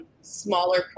smaller